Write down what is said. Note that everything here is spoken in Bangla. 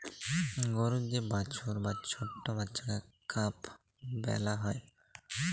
গরুর যে বাছুর বা ছট্ট বাচ্চাকে কাফ ব্যলা হ্যয়